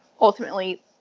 ultimately